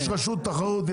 יש רשות תחרות,